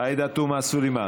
עאידה תומא סלימאן,